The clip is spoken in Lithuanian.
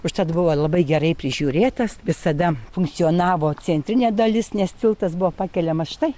užtat buvo labai gerai prižiūrėtas visada funkcionavo centrinė dalis nes tiltas buvo pakeliamas štai